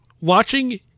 Watching